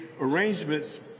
arrangements